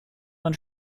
man